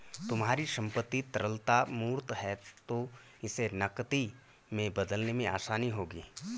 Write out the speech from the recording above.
तुम्हारी संपत्ति तरलता मूर्त है तो इसे नकदी में बदलने में आसानी होगी